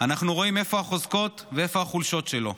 אנחנו רואים איפה החוזקות ואיפה החולשות שלו,